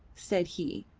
said he,